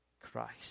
Christ